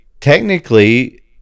technically